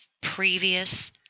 previous